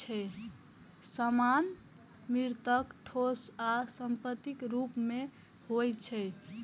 सामान मूर्त, ठोस आ संपत्तिक रूप मे होइ छै